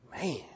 Man